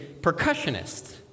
percussionist